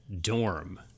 Dorm